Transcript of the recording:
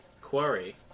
quarry